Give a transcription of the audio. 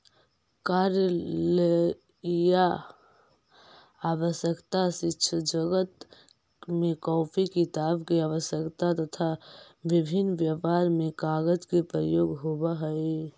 कार्यालयीय आवश्यकता, शिक्षाजगत में कॉपी किताब के आवश्यकता, तथा विभिन्न व्यापार में कागज के प्रयोग होवऽ हई